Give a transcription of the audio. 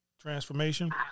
transformation